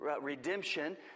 redemption